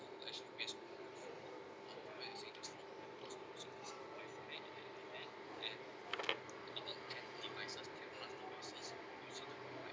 and